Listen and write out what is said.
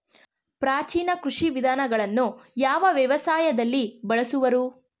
ಪ್ರಾಚೀನ ಕೃಷಿ ವಿಧಾನಗಳನ್ನು ಯಾವ ವ್ಯವಸಾಯದಲ್ಲಿ ಬಳಸುವರು?